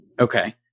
Okay